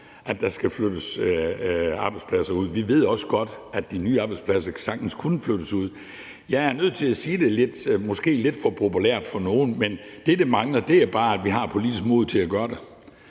at der skal flyttes arbejdspladser ud. Vi ved også godt, at de nye arbejdspladser sagtens kunne flyttes ud. Jeg er nødt til at sige det måske lidt for populært for nogle, men det, der mangler, er bare, at vi har politisk mod til at gøre det.